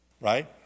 right